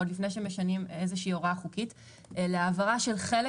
עוד לפני שמשנים איזושהי הוראה חוקית להעברת חלק